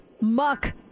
muck